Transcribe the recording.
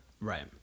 Right